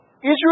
Israel